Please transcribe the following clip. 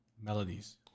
melodies